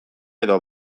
edo